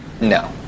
No